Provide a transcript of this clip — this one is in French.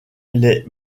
les